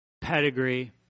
pedigree